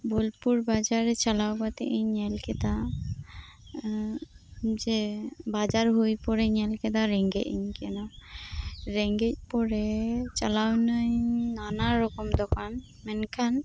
ᱵᱳᱞᱯᱩᱨ ᱵᱟᱡᱟᱨ ᱨᱮ ᱪᱟᱞᱟᱣ ᱠᱟᱛᱮᱫ ᱤᱧ ᱧᱮᱞ ᱠᱮᱫᱟ ᱡᱮ ᱵᱟᱡᱟᱨ ᱦᱩᱭ ᱯᱚᱨᱮᱧ ᱧᱮᱞ ᱠᱮᱫᱟ ᱨᱮᱸᱜᱮᱡ ᱤᱧ ᱠᱟᱱᱟ ᱨᱮᱸᱜᱮᱡ ᱯᱚᱨᱮ ᱪᱟᱞᱟᱣᱱᱟᱹᱧ ᱱᱟᱱᱟ ᱨᱚᱠᱚᱢ ᱫᱚᱠᱟᱱ ᱢᱮᱱᱠᱷᱟᱱ